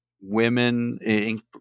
Women